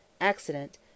accident